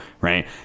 right